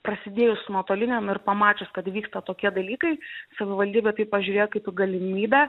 prasidėjus nuotoliniam ir pamačius kad vyksta tokie dalykai savivaldybė į tai pažiūrėjo kaip į galimybę